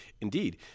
Indeed